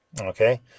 okay